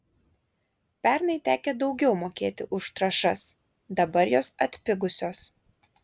pernai tekę daugiau mokėti už trąšas dabar jos atpigusios